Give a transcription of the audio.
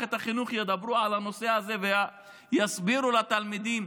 במערכת החינוך ידברו על הנושא הזה ויסבירו לתלמידים